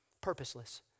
Purposeless